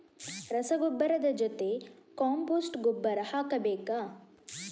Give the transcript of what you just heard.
ರಸಗೊಬ್ಬರದ ಜೊತೆ ಕಾಂಪೋಸ್ಟ್ ಗೊಬ್ಬರ ಹಾಕಬೇಕಾ?